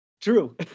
True